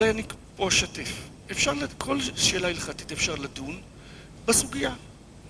אולי אני פה אשתף. אפשר לד... כל שאלה הלכתית, אפשר לדון בסוגיה.